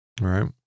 right